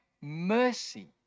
mercy